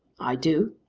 i do.